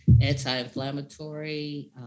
anti-inflammatory